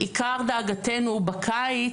עיקר דאגתנו בקיץ,